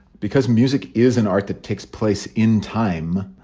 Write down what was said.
because music is an art that takes place in time.